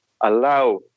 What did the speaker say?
allow